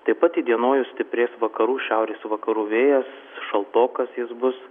taip pat įdienojus stiprės vakarų šiaurės vakarų vėjas šaltokas jis bus